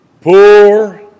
Poor